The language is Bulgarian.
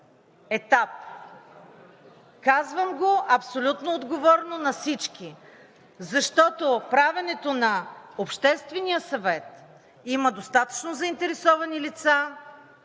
етап. Казвам го абсолютно отговорно на всички, защото правенето на Обществения съвет – има достатъчно заинтересовани лица,